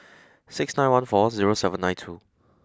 six nine one four zero seven nine two